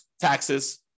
taxes